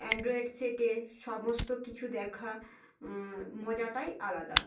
Android সেটে সমস্ত কিছু দেখা মজাটাই আলাদা